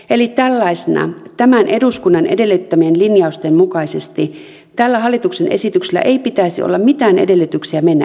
eli tällaisena tämän eduskunnan edellyttämien linjausten mukaisesti tällä hallituksen esityksellä ei pitäisi olla mitään edellytyksiä mennä eteenpäin